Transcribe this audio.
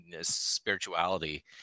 spirituality